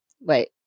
Wait